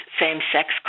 same-sex